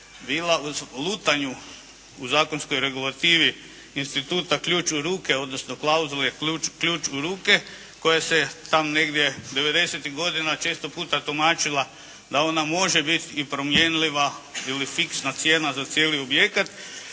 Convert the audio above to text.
bila u lutanju u zakonskoj regulativi instituta ključ u ruke, odnosno klauzule ključ u ruke koja se tamo negdje 90.-ih godina često puta tumačila da ona može biti i promjenljiva ili fiksna cijena za cijeli objekat.